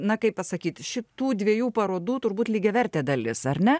na kaip pasakyt šitų dviejų parodų turbūt lygiavertė dalis ar ne